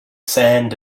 sand